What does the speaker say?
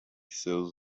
seus